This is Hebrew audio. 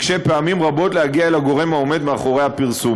מקשה פעמים רבות להגיע אל הגורם העומד מאחורי הפרסום.